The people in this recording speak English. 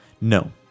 No